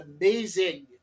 amazing